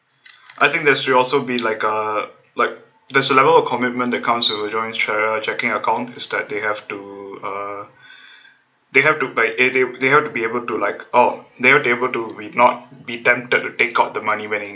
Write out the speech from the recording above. I think there should also be like uh like there's a level of commitment that comes with a joint cha~ checking account is that they have to uh they have to by eh they they have to be able to like oh they have to be able to not be tempted to take out the money when